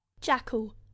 Jackal